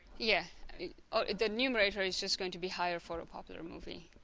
yeah oh the numerator is just going to be higher for a popular movie